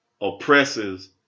oppresses